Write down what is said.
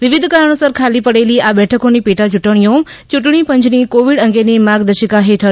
વિવિધ કારણોસર ખાલી પડેલી આ બેઠકોની પેટા ચૂંટણીઓ ચૂંટણી પંચની કોવિડ અંગેની માર્ગદર્શિકા હેઠળ યોજાશે